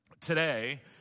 today